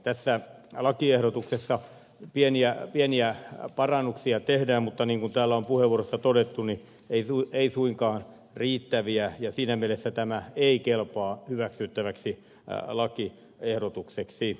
tässä lakiehdotuksessa pieniä parannuksia tehdään mutta niin kuin täällä on puheenvuoroissa todettu ei suinkaan riittäviä ja siinä mielessä tämä ei kelpaa hyväksyttäväksi lakiehdotukseksi